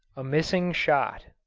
a missing shot.